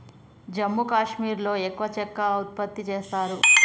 జమ్మూ కాశ్మీర్లో ఎక్కువ చెక్క ఉత్పత్తి చేస్తారు